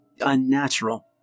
unnatural